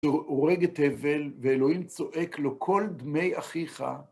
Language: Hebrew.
הוא הורג את הבל, ואלוהים צועק לו, קול דמי אחיך